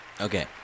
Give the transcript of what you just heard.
Okay